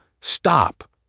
Stop